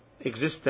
existence